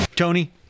Tony